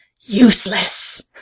Useless